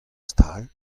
stal